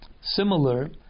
Similar